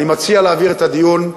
אני מציע להעביר את הדיון,